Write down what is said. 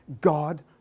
God